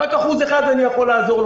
רק לאחוז אחד אני יכול לעזור.